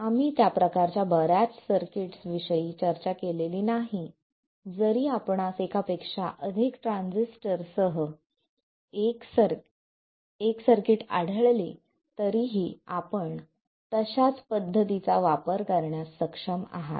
आम्ही त्या प्रकारच्या बर्याच सर्किट्स विषयी चर्चा केलेली नाही जरी आपणास एकापेक्षा अधिक ट्रान्झिस्टर सह एक सर्किट आढळले तरीही आपण तशाच पद्धतीचा वापर करण्यास सक्षम आहात